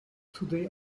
today